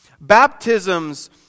Baptisms